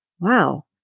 Wow